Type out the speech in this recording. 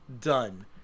done